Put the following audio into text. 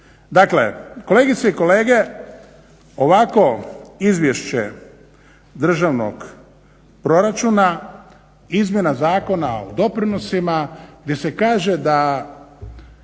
Dakle, kolegice i kolege ovako izvješće državnog proračuna izmjena Zakona o doprinosima gdje se kaže da